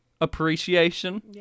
Appreciation